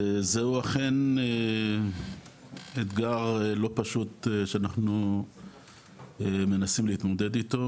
זהו אכן אתגר לא פשוט שאנחנו מנסים להתמודד איתו,